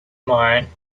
mine